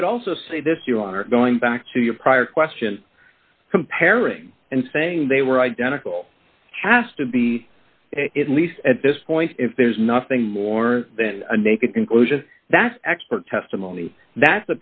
i would also say this you are going back to your prior question comparing and saying they were identical hasta be it least at this point if there's nothing more than a naked conclusion that's expert testimony that